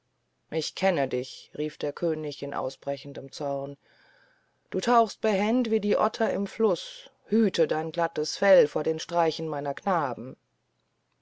ich kenne dich rief der könig in ausbrechendem zorn du tauchst behend wie die otter im fluß hüte dein glattes fell vor den streichen meiner knaben